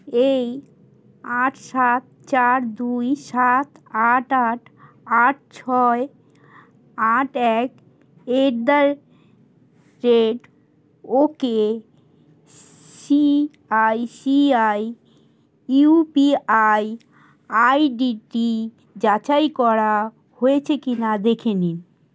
এই আট সাত চার দুই সাত আট আট আট ছয় আট এক at the rate okay C I C I U P I আইডিটি যাচাই করা হয়েছে কি না দেখে নিন